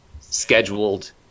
scheduled